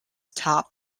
top